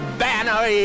banner